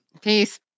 Peace